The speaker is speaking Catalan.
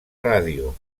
ràdio